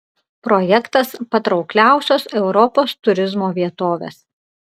projektas patraukliausios europos turizmo vietovės